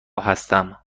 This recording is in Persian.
هستم